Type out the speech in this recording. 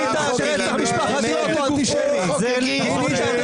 זה מי שאתם.